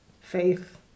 faith